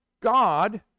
God